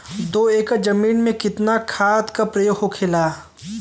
दो एकड़ जमीन में कितना खाद के प्रयोग होखेला?